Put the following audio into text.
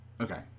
Okay